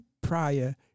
prior